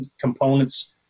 components